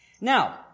Now